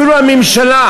אפילו הממשלה,